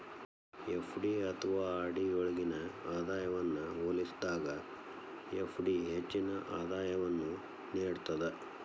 FD ಅಥವಾ RD ಯೊಳ್ಗಿನ ಆದಾಯವನ್ನ ಹೋಲಿಸಿದಾಗ ಎಫ್.ಡಿ ಹೆಚ್ಚಿನ ಆದಾಯವನ್ನು ನೇಡ್ತದ